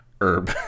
herb